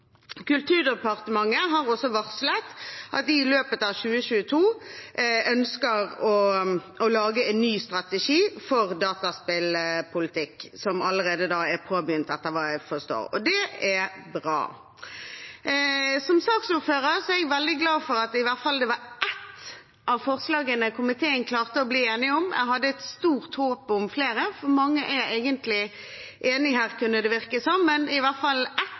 Kulturdepartementet har også varslet at de i løpet av 2022 ønsker å lage en ny strategi for dataspillpolitikk – som allerede er påbegynt, etter hva jeg forstår. Det er bra. Som saksordfører er jeg veldig glad for at komiteen klarte å bli enig om i hvert fall ett av forslagene. Jeg hadde et stort håp om flere, for mange er egentlig enige her, kunne det virke som. Men jeg synes det er bra at hele komiteen kan stå bak i hvert fall ett